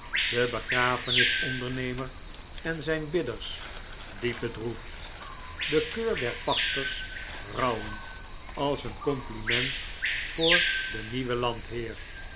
de begrafenisondernemer en zijn bidders diep bedroefd de keur der pachters rouwend als een compliment voor den nieuwen landheer